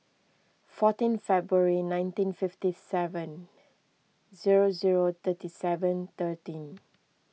fourteen February nineteen fifty seven zero zero thirty seven thirteen